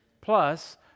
plus